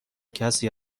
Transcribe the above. کسی